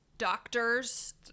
Doctors